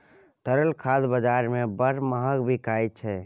तरल खाद बजार मे बड़ महग बिकाय छै